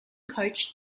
coach